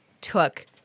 took